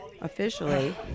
Officially